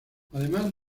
además